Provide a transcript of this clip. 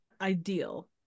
ideal